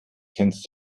kennst